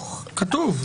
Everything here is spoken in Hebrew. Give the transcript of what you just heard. כתוב.